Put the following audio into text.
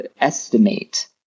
estimate